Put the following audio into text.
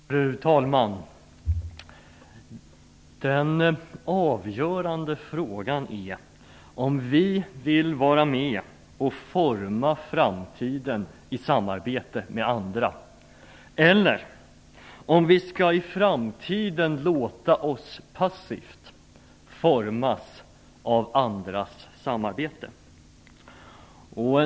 Fru talman! Den avgörande frågan är om vi vill vara med och forma framtiden i samarbete med andra eller om vi i framtiden skall låta oss passivt formas av andras samarbete.